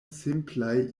simplaj